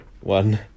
one